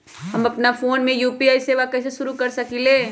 अपना फ़ोन मे यू.पी.आई सेवा कईसे शुरू कर सकीले?